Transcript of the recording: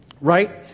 Right